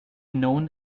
known